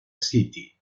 city